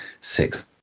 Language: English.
six